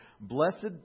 blessed